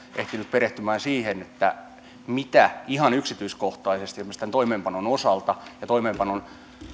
ehtinyt perehtymään siihen mitä ihan yksityiskohtaisesti esimerkiksi tämän toimeenpanon osalta ja toimeenpanon